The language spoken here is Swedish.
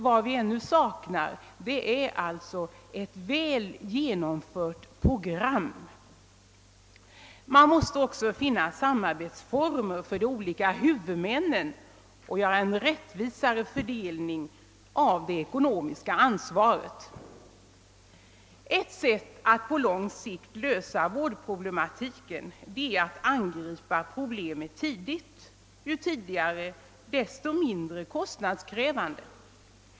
Vad vi ännu saknar är alltså ett väl genomtänkt program. Man måste också finna samarbetsformer för de olika huvudmännen och göra en rättvisare fördelning av det ekonomiska ansvaret. Ett sätt att på lång sikt lösa vård problematiken är att angripa problemen tidigt — ju tidigare desto mindre kostnadskrävande.